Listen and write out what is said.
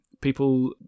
people